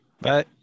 Bye